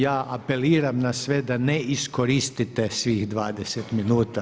Ja apeliram na sve da ne iskoristite svih 20 minuta.